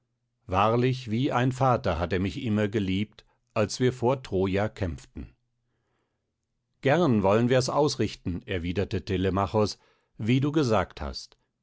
wahrlich wie ein vater hat er mich immer geliebt als wir vor troja kämpften gern wollen wir's ausrichten erwiderte telemachos wie du gesagt hast